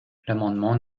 l’amendement